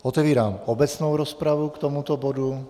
Otevírám obecnou rozpravu k tomuto bodu.